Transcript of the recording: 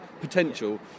potential